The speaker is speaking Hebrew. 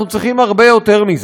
אנחנו צריכים הרבה יותר מזה.